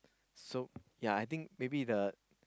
so ya I think maybe the